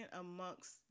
amongst